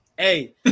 Hey